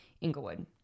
Inglewood